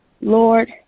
Lord